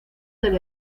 del